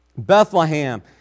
Bethlehem